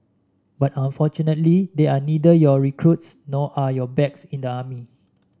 but unfortunately they are neither your recruits nor are you backs in the army